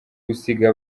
gusiga